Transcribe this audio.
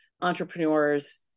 entrepreneurs